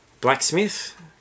Blacksmith